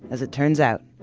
as it turns out,